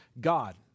God